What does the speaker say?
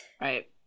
Right